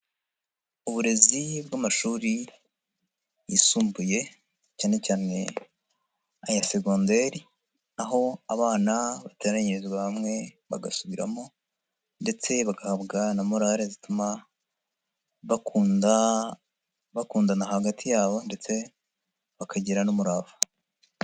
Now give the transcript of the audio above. Uburezi bw'amashuri yisumbuye cyane cyane aya segonderi aho abana bateranyirizwa hamwe bagasubiramo ndetse bagahabwa na morare zituma bakunda bakundana hagati yabo ndetse bakagira n'umurava.